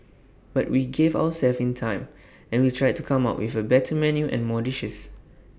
but we gave ourselves time and we tried to come up with A better menu and more dishes